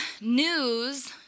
News